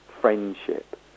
friendship